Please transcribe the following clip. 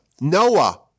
Noah